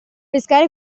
pescare